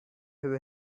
who